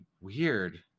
weird